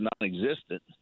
non-existent